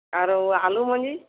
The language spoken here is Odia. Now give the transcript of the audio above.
ଆରୁ ଆଲୁ ମଞ୍ଜି